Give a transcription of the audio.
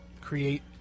create